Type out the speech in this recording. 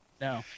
No